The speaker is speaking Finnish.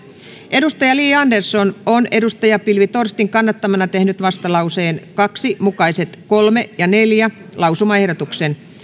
li andersson pilvi torstin kannattamana tehnyt vastalauseen kaksi mukaiset kolme ja neljän lausumaehdotuksen